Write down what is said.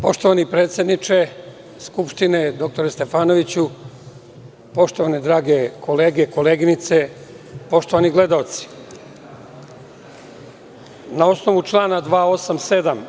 Poštovani predsedniče Skupštine, doktore Stefanoviću, poštovane drage kolege, koleginice, poštovani gledaoci, na osnovu člana 287.